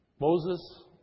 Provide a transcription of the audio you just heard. Moses